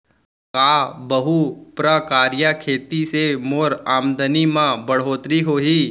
का बहुप्रकारिय खेती से मोर आमदनी म बढ़होत्तरी होही?